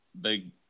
big